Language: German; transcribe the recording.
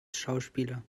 schauspieler